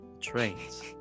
Trains